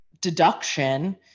deduction